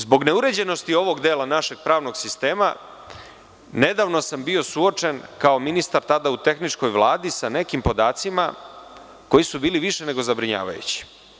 Zbog neuređenosti ovog dela našeg pravnog sistema, nedavno sam kao ministar tada u tehničkoj Vladi bio suočen sa nekim podacima koji su bili više nego zabrinjavajući.